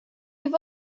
have